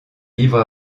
livre